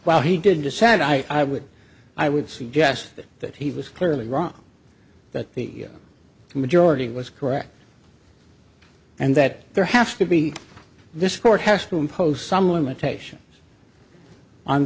while he did decide i i would i would suggest that he was clearly wrong that the majority was correct and that there has to be this court has to impose some limitations on